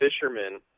fishermen